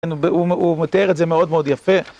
הוא מתאר את זה מאוד מאוד יפה